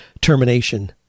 termination